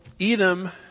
Edom